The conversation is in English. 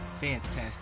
Fantastic